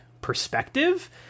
perspective